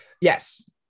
Yes